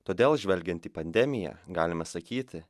todėl žvelgiant į pandemiją galima sakyti